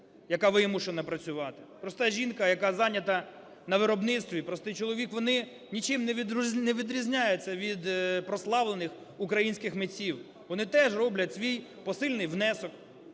яка вимушена працювати, проста жінка, яка зайнята на виробництві, простий чоловік, вони нічим не відрізняються від прославлених українських митців. Вони теж роблять свій посильний внесок